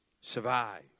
Survive